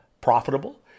profitable